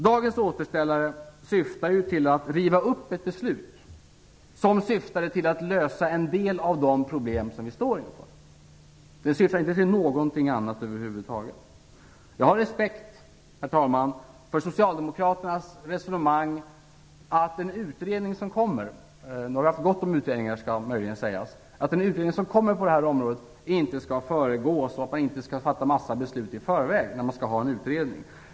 Dagens återställare syftar till att riva upp ett beslut som tagits för att lösa en del av de problem som vi står inför. Det syftar över huvud taget inte till något annat. Jag har respekt, herr talman, för socialdemokraternas resonemang att den utredning som kommer på det här området - det skall möjligen påpekas att vi har haft gott om sådana utredningar - inte skall föregripas av en mängd beslut.